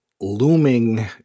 looming